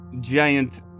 giant